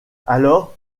alors